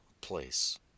place